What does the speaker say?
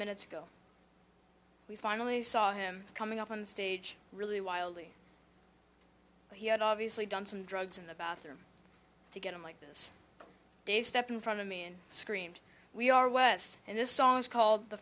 minutes ago we finally saw him coming up on stage really wildly he had obviously done some drugs in the bathroom to get him like this dave stepped in front of me and screamed we are west and this song is called the